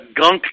gunk